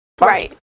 Right